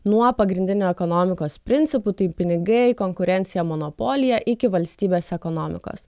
nuo pagrindinių ekonomikos principų tai pinigai konkurencija monopolija iki valstybės ekonomikos